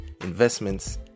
investments